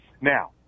Now